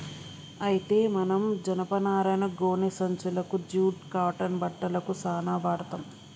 అయితే మనం జనపనారను గోనే సంచులకు జూట్ కాటన్ బట్టలకు సాన వాడ్తర్